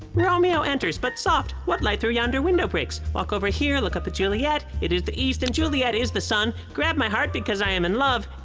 romeo enters. but soft, what light through yonder window breaks? walk over here, look up at juliet. it is the east and juliet is the sun. grab my heart because i am in love.